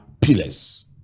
pillars